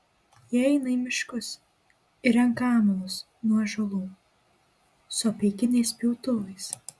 jie eina į miškus ir renka amalus nuo ąžuolų su apeiginiais pjautuvais